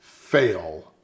fail